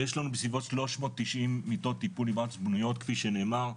יש לנו בסביבות שלוש מאות תשעים מיטות טיפול נמרץ בנויות כפי שנאמר,